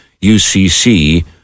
UCC